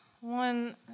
one